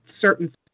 certain